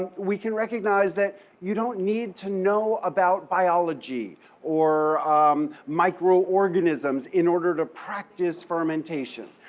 we can recognize that you don't need to know about biology or um microorganisms in order to practice fermentation.